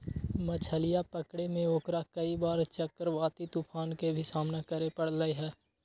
मछलीया पकड़े में ओकरा कई बार चक्रवाती तूफान के भी सामना करे पड़ले है